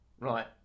Right